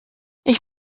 ich